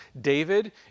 David